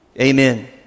Amen